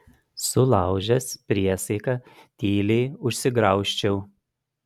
sulaužęs priesaiką tyliai užsigraužčiau